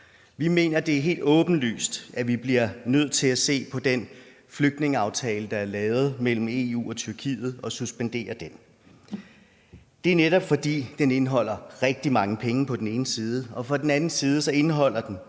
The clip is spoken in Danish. Vi mener, det er helt åbenlyst, at man bliver nødt til at se på den flygtningeaftale, der er lavet mellem EU og Tyrkiet, og suspendere den. Det er netop, fordi den indeholder rigtig mange penge på den ene side og på den anden side indeholder